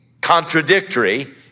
contradictory